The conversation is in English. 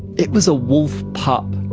it was a wolf pup,